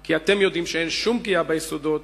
כי אתם יודעים שאין שום פגיעה ביסודות